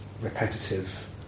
repetitive